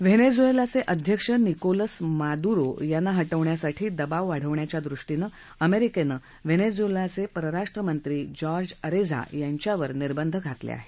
व्हेनेझुएलाचे अध्यक्ष Nicolas Maduro यांना हटवण्यासाठी दबाव वाढण्याच्यादृष्टीनं अमेरिकेनं व्हेनेझुएलाचे परराष्ट्रमंत्री जोर्ज अरेझा यांच्यावर निर्बंध घातले आहे